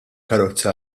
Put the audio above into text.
karozza